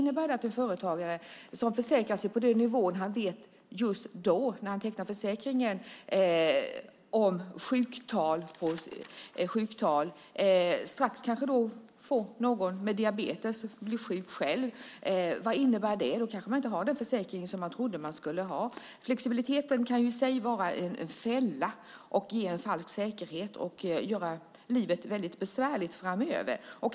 En företagare försäkrar sig på den nivå som motsvarar sjuktalen just när försäkringen tecknas. Strax därefter kan någon anställd få diabetes eller företagaren kan själv bli sjuk. Vad innebär det? Då kanske man inte har den försäkring som man trodde att man skulle ha? Flexibiliteten kan i sig vara en fälla, ge en falsk säkerhet och göra livet väldigt besvärligt framöver.